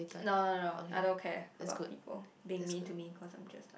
no no no I don't care about people being mean to me cause I'm just like